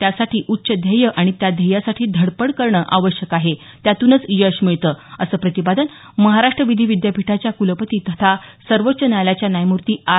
त्यासाठी उच्च ध्येय आणि त्या ध्येयासाठी धडपड करणं आवश्यक आहे त्यातूनच यश मिळतं असं प्रतिपादन महाराष्ट विधी विद्यापीठाच्या क्लपती तथा सर्वोच्च न्यायालयाच्या न्यायमूर्ती आर